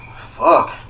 Fuck